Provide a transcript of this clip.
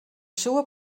seua